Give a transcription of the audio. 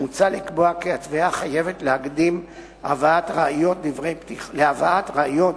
עליו לעשות